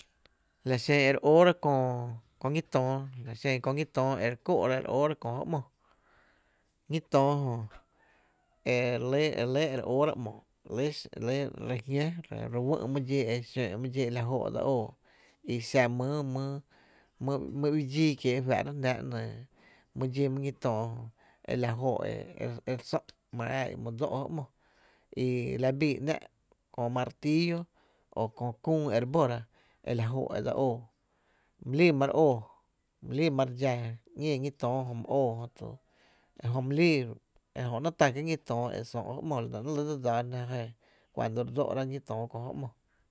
La xen e re óora kö ñí töö la xen köö ñí töö e re kóó’ ra e re óóra kö jo ‘mo, ñi töö jö ere lɇ re lɇ e re óóra ‘mo, re lɇ re jñó, re wÿ’ my dxi xóo’ my dxí e la jóó’ e dseli óó i xa mýy mýy my uii dxíí kiee fa’rá’ jnáá’ my dxí my i töö e la jó’ e re sö’ my ⱥⱥ í’ my dsó’ jó ‘mó i la bii ‘nⱥ’ köö martillo kö küü ere bóra e la jó’ e re óó my lii ma re óó my lii mare dxa ‘ñee ñi töö jö my óo jötu my líi ejö ‘nɇɇ’ tá kieé’ ñi töö jö e sö’ jó ‘mo, la nɇ ‘nɇɇ’ re lɇ dse dsáá jná cuando re dsó’ra ñí töö kö jó ‘mo.